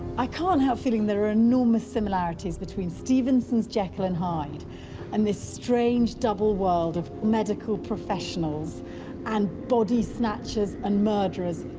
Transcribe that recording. i can't help feeling there are enormous similarities between stevenson's jekyll and hyde and this strange, double world of medical professionals and body snatchers and murderers.